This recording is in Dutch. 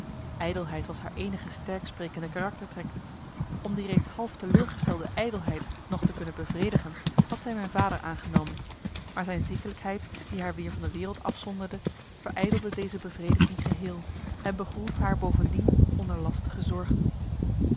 ijdelheid was haar eenige sterk sprekende karaktertrek om die reeds half teleurgestelde ijdelheid nog te kunnen bevredigen had zij mijn vader aangenomen maar zijn ziekelijkheid die haar weer van de wereld afzonderde verijdelde deze bevrediging geheel en begroef haar bovendien onder lastige zorgen